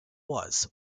was